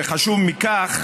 וחשוב מכך,